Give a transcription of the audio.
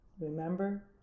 remember